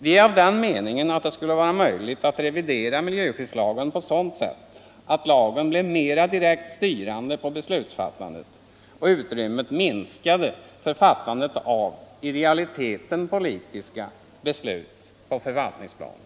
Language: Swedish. Vi är av den meningen att det skulle vara möjligt 14 december 1974 att revidera miljöskyddslagen på sådant sätt att lagen blev mera direkt styrande för beslutsfattandet och utrymmet minskade för fattandet av Ändringar i —- i realiteten politiska — beslut på förvaltningsplanet.